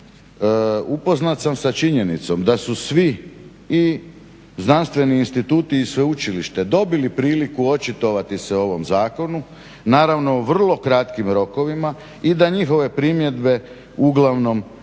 upoznat sam sa činjenicom da su svi i znanstveni instituti i sveučilište dobili priliku očitovati se o ovom zakonu, naravno u vrlo kratkim rokovima, i da njihove primjedbe uglavnom nisu